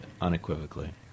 unequivocally